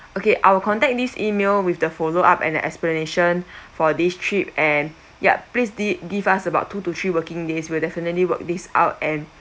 okay I will contact this email with the follow up and an explanation for this trip and yup please the give us about two to three working days we'll definitely work this out and